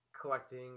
collecting